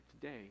today